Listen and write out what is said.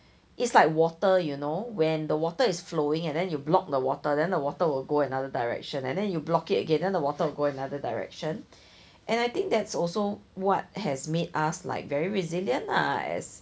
it's like water you know when the water is flowing and then you block the water then the water will go another direction and then you block it again and the water will going other direction and I think that's also what has made us like very resilient lah as